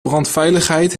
brandveiligheid